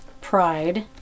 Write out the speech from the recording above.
Pride